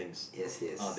yes yes